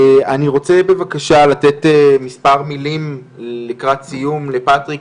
אני רוצה בבקשה לתת מספר מילים לקראת סיום לפטריק